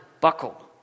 buckle